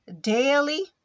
daily